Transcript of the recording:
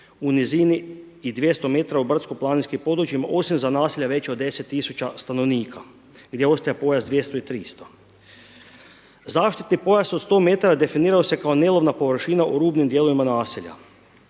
u nizini i dvjesto metara u brdsko-planinskim područjima, osim za naselja veća od deset tisuća stanovnika gdje ostaje pojas dvjesto i tristo. Zaštitni pojas od sto metara definirao se kao nelovna površina u rubnim dijelovima naselja.